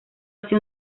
así